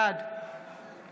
בעד